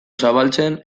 zabaltzen